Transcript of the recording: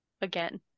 again